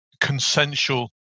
consensual